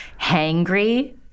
hangry